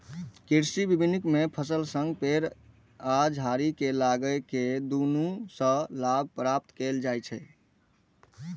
कृषि वानिकी मे फसलक संग पेड़ आ झाड़ी कें लगाके दुनू सं लाभ प्राप्त कैल जाइ छै